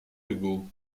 hugo